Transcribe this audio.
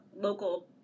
local